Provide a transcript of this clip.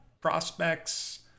Prospects